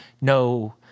no